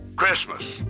Christmas